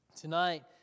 Tonight